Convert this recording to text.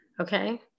Okay